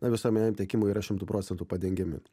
na visuomeniniam tiekimui yra šimtu procentų padengiami